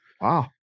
wow